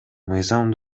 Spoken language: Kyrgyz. мыйзам